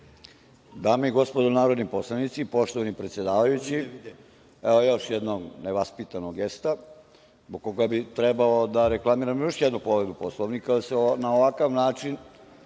Dame i gospodo narodni poslanici, poštovani predsedavajući, evo još jednom nevaspitanog gesta zbog koga bi trebalo da reklamiramo još jednu povredu Poslovnika jer se na ovakav način,